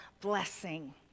blessing